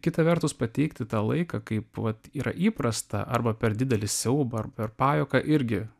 kita vertus pateikti tą laiką kaip vat yra įprasta arba per didelį siaubą ar per pajuoką irgi